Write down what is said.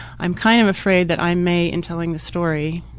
i'm kind of afraid that i may, in telling the story,